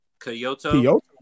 Kyoto